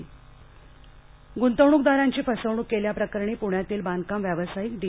DSK गूंतवणूक दरांची फसवणूक केल्या प्रकरणी पृण्यातील बांधकाम व्यवसायिक डी